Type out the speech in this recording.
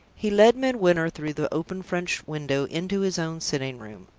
he led midwinter through the open french window into his own sitting-room.